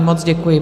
Moc děkuji.